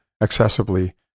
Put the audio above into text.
excessively